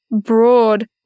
broad